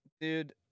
dude